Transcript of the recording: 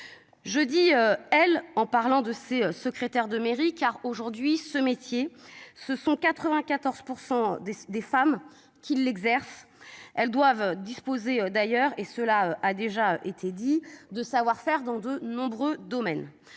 Je dit-elle en parlant de ses secrétaires de mairie car aujourd'hui ce métier, ce sont 94% des des femmes qui l'exerce. Elles doivent disposer d'ailleurs et cela a déjà été dit de savoir-faire dans de nombreux domaines